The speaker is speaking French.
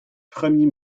premier